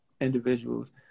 individuals